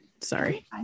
Sorry